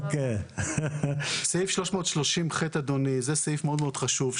סעיף 330ח הוא סעיף מאוד-מאוד חשוב,